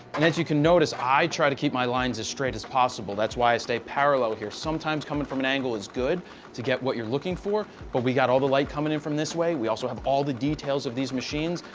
and as you can notice, i try to keep my lines as straight as possible. that's why i stay parallel here sometimes coming from an angle is good to get what you're looking for, but we got all the light coming in from this way. we also have all the details of these machines.